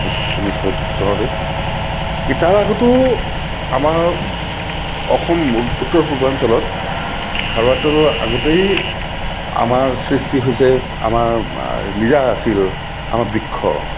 ঊনৈছশ চনতেই কি তাৰ আগতো আমাৰ অসম উত্তৰ পূৰ্বাঞ্চলত খাৰুৱা তেলৰ আগতেই আমাৰ সৃষ্টি হৈছে আমাৰ নিজা আছিল আমাৰ বৃক্ষ